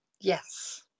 yes